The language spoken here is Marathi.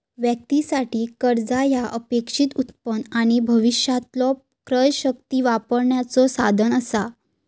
व्यक्तीं साठी, कर्जा ह्या अपेक्षित उत्पन्न आणि भविष्यातलो क्रयशक्ती वापरण्याचो साधन असा